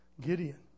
Gideon